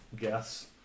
guess